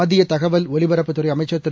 மத்திய தகவல் ஒலிபரப்புத்துறை அமைச்சர் திரு